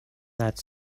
that